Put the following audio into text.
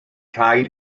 rhaid